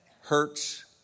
hurts